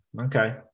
Okay